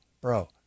bro